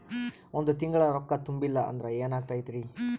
ಒಂದ ತಿಂಗಳ ರೊಕ್ಕ ತುಂಬಿಲ್ಲ ಅಂದ್ರ ಎನಾಗತೈತ್ರಿ?